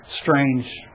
strange